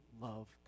love